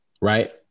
Right